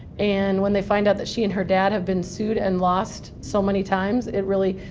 and when they find out that she and her dad have been sued and lost so many times it really,